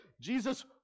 Jesus